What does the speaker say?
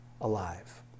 alive